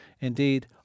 indeed